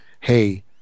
hey